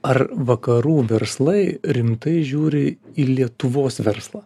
ar vakarų verslai rimtai žiūri į lietuvos verslą